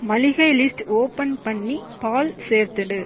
மளிகை list open பண்ணி பால் சேர்த்துவிடு